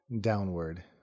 downward